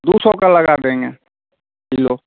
दो सौ का लगा देंगे किलो